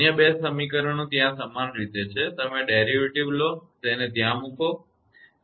અન્ય 2 સમીકરણો ત્યાં સમાન રીતે છે તમે ડેરિવેટિવ લો અને તેને ત્યાં મૂકો બરાબર